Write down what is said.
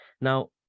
Now